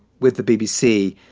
with the bbc,